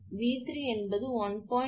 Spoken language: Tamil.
𝑉3 என்பது 1